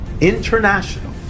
International